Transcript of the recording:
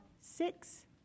six